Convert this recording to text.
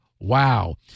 wow